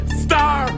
star